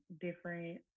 different